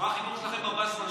ומה החיבור שלכם עם עבאס מנסור?